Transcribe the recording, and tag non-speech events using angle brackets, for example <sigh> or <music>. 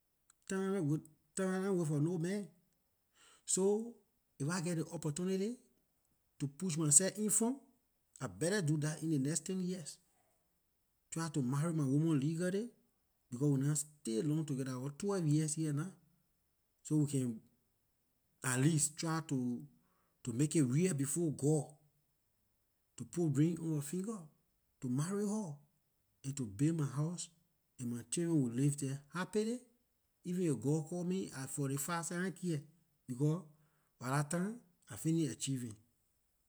Time nah wai <hesitation> time nah wait for no man so if I geh ley opportunity to push my seh in front I betta do dah in ley next ten years try to marry my woman legally becor we nah stay long together dah our twelve years here nah so we can at least try to make it real before god to put ring on her finger to marry her and to build my house and my children will live there happily even if god call me I forty- five seh ahn care becor by lah time I fini achieving